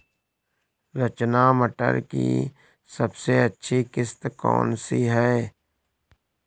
रचना मटर की सबसे अच्छी किश्त कौन सी है?